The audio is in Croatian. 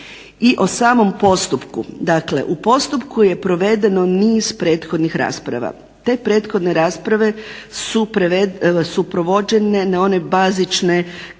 I o samom postupku. Dakle, u postupku je provedeno niz prethodnih rasprava. Te prethodne rasprave su provođene na one bazične karte.